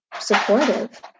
supportive